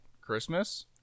Christmas